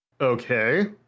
okay